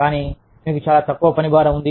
గాని మీకు చాలా తక్కువ పనిభారం ఉంది